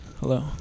hello